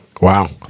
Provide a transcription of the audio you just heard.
Wow